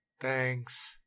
thanks